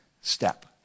step